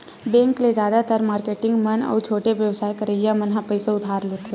bank ले जादातर marketing मन अउ छोटे बेवसाय करइया मन ह पइसा उधार लेथे